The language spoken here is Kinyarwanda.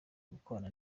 gukorana